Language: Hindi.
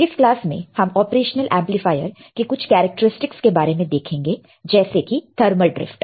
इस क्लास में हम ऑपरेशनल एमप्लीफायर के कुछ और कैरेक्टर स्टिक्स के बारे में देखेंगे जैसे कि थर्मल ड्रिफ्ट